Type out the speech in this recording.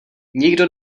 nikdo